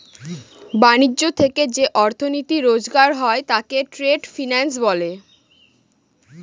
ব্যাণিজ্য থেকে যে অর্থনীতি রোজগার হয় তাকে ট্রেড ফিন্যান্স বলে